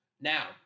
Now